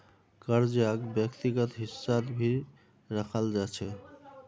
कर्जाक व्यक्तिगत हिस्सात भी रखाल जा छे